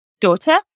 daughter